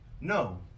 No